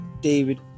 David